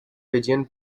fijian